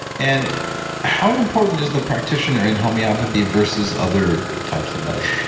and how important is the practitioner in homeopathy versus other types of medicine?